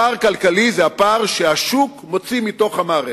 הפער הכלכלי זה הפער שהשוק מוציא מתוך המערכת.